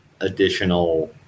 additional